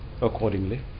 accordingly